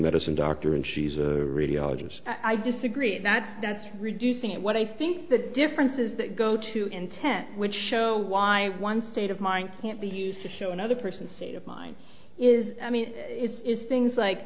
medicine doctor and she's a radiologist i disagree that that's reducing it what i think the differences that go to intent which show why one state of mind can't be used to show another person's state of mind is i mean is things like